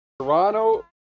Toronto